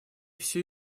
все